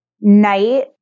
night